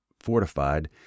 fortified